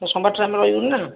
ହଁ ସୋମବାର'ଟା ରେ ଆମେ ରହିବୁନି ନା